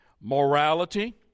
morality